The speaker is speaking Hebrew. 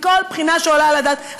מכל בחינה שעולה על הדעת,